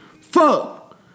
Fuck